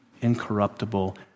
incorruptible